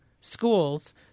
schools